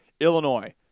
Illinois